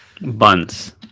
Buns